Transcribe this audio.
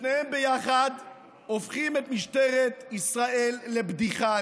ושניהם ביחד הופכים את משטרת ישראל לבדיחה.